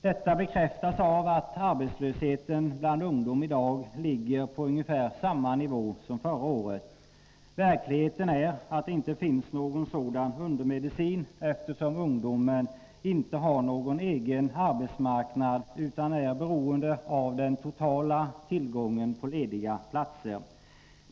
Detta bekräftas av att arbetslösheten bland ungdom i dag ligger på ungefär samma nivå som förra året. Verkligheten är att det inte finns någon sådan undermedicin, eftersom ungdomen inte har någon egen arbetsmarknad utan är beroende av den totala tillgången på lediga platser.